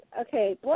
okay